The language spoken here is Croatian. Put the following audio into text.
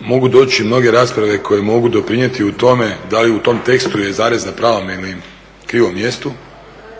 mogu doći mnoge rasprave koje mogu doprinijeti u tome da li u tom tekstu je zarez na pravom ili krivom mjestu,